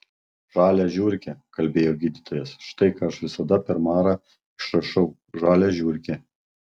žalią žiurkę kalbėjo gydytojas štai ką aš visada per marą išrašau žalią žiurkę